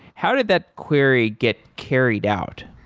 how did that query get carried out?